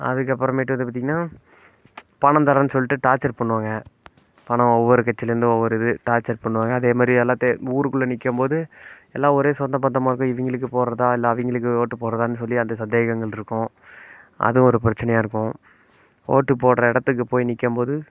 அதுக்கப்புறமேட்டு வந்து பார்த்திங்கனா பணம் தரேன்னு சொல்லிட்டு டார்ச்சர் பண்ணுவாங்க பணம் ஒவ்வொரு கட்சிலேருந்தும் ஒவ்வொரு இது டார்ச்சர் பண்ணுவாங்க அதேமாதிரி எல்லாத்தையும் ஊருக்குள்ளே நிக்கும்போது எல்லாம் ஒரே சொந்தபந்தமாகவே இவங்களுக்கு போடுறதா இல்லை அவங்களுக்கு ஓட்டு போடுறதான்னு சொல்லி அந்த சந்தேகங்கள் இருக்கும் அது ஒரு பிரச்சனையாக இருக்கும் ஓட்டு போடுகிற இடத்துக்கு போய் நிக்கும்போது